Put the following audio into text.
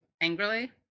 angrily